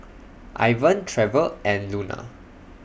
Ivan Trever and Luna